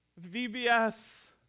VBS